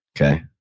Okay